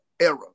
era